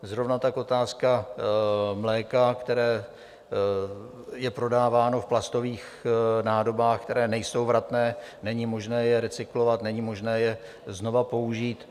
Zrovna tak otázka mléka, které je prodáváno v plastových nádobách, které nejsou vratné, není možné je recyklovat, není možné je znova použít.